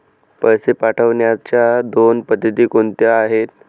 पैसे पाठवण्याच्या दोन पद्धती कोणत्या आहेत?